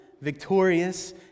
victorious